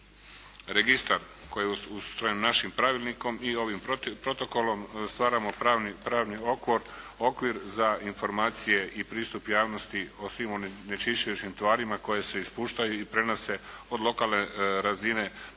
registar koji ustrojen našim Pravilnikom i ovim protokolom, stvaramo pravni okvir za informacije i pristup javnosti o svim onečišćujućim tvarima koje se ispuštaju i prenose od lokalne razine na nivo